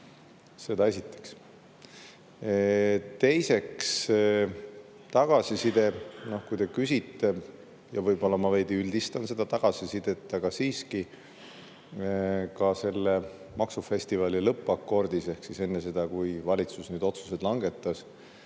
Seda esiteks. Teiseks tagasiside. Kui te küsite, ja võib-olla ma veidi üldistan seda tagasisidet, aga siiski, ka selle maksufestivali lõppakordi seisukohast ehk enne seda, kui valitsus need otsused langetas,